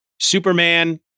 Superman